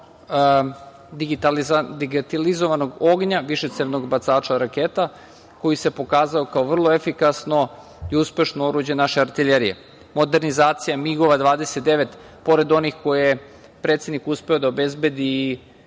digitalizovanog ognja, višecevnog bacača raketa, koji se pokazao kao vrlo efikasno i uspešno oruđe naše artiljerije. Modernizacija MIG-ova 29, pored onih koje je predsednik uspeo da obezbedi